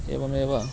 एवमेव